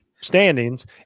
standings